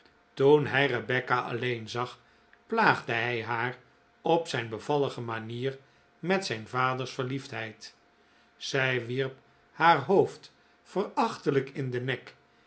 toen hij rebecca alleen zag plaagde hij haar op zijn bevallige manier met zijn vaders verliefdheid zij wierp haar hoofd verachtelijk in den nek